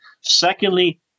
Secondly